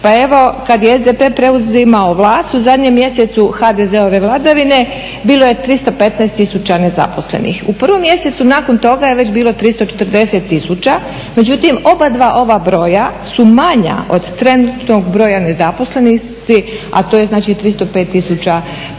Pa evo kad je SDP preuzimao vlast u zadnjem mjesecu HDZ-ove vladavine bilo je 315 000 nezaposlenih. U prvom mjesecu nakon toga je već bilo 340 000, međutim obadva ova broja su manja od trenutnog broja nezaposlenih, a to je znači 305 000 nezaposlenih